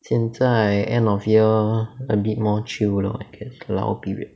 现在 end of year a bit more chill lor I guess lull period